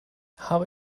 habe